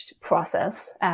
process